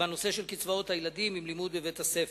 בנושא של קצבאות הילדים עם לימוד בבית-הספר.